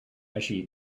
així